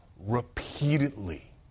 repeatedly